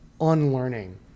unlearning